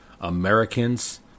Americans